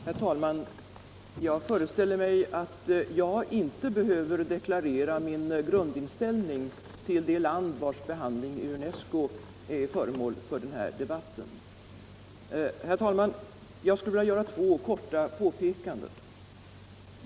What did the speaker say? Herr talman! Jag föreställer mig att jag inte behöver deklarera min grundinställning till det land, vars behandling i UNESCO är föremål för denna debatt. Jag skulle vilja kort göra två påpekanden.